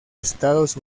estados